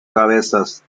cabezas